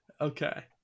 Okay